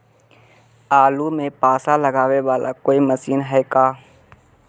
आलू मे पासा लगाबे बाला कोइ मशीन है का?